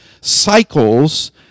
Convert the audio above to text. cycles